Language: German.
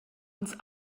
uns